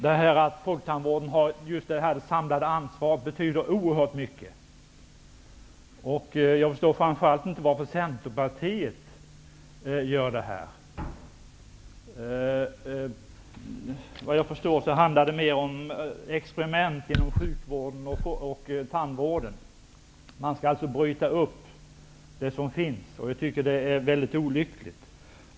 Det betyder oerhört mycket att folktandvården har det samlade ansvaret. Jag förstår framför allt inte varför Centerpartiet vill göra det här. Vad jag förstår handlar det mer om experiment inom sjuk och tandvården. Det som finns skall brytas upp. Jag tycker att det är olyckligt.